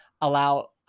allow